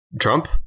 Trump